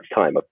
time